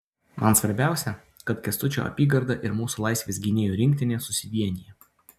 man svarbiausia kad kęstučio apygarda ir mūsų laisvės gynėjų rinktinė susivienija